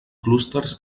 clústers